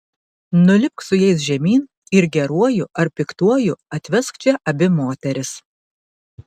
nulipk su jais žemyn ir geruoju ar piktuoju atvesk čia abi moteris